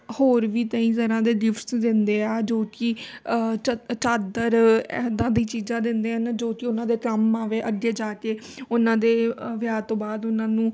ਹੋਰ ਵੀ ਕਈ ਤਰ੍ਹਾਂ ਦੇ ਗਿਫਟਸ ਦਿੰਦੇ ਆ ਜੋ ਕਿ ਚਦ ਚਾਦਰ ਇੱਦਾਂ ਦੀ ਚੀਜ਼ਾਂ ਦਿੰਦੇ ਹਨ ਜੋ ਕਿ ਉਹਨਾਂ ਦੇ ਕੰਮ ਆਵੇ ਅੱਗੇ ਜਾ ਕੇ ਉਹਨਾਂ ਦੇ ਅ ਵਿਆਹ ਤੋਂ ਬਾਅਦ ਉਹਨਾਂ ਨੂੰ